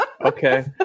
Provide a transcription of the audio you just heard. okay